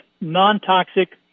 non-toxic